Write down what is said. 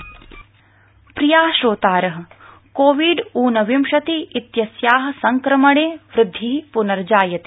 Covid सन्देश प्रिया श्रोतार कोविड ऊनविंशतिइत्यस्या संक्रमणे वृद्धि प्नर्जायते